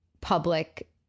public